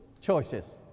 choices